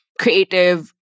creative